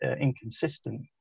inconsistent